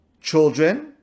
children